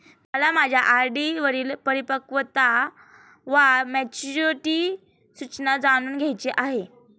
मला माझ्या आर.डी वरील परिपक्वता वा मॅच्युरिटी सूचना जाणून घ्यायची आहे